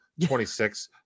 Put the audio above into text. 26